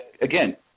Again